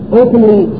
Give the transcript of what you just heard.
openly